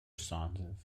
sons